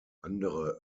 andere